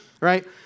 right